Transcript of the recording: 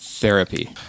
therapy